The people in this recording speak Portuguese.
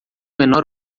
menor